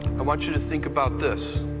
i want you to think about this.